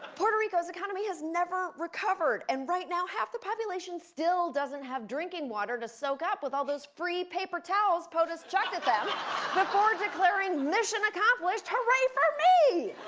puerto rico's economy has never recovered. and right now, half the population still doesn't have drinking water to soak up with all those free paper towels potus chucked at them before declaring, mission accomplished, hooray for me.